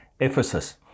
Ephesus